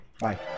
bye